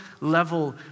level